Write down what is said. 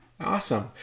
Awesome